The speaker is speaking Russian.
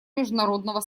международного